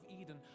Eden